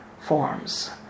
forms